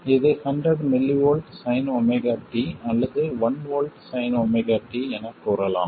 இது 100mV sinωt அல்லது 1 V sinωt எனக் கூறலாம்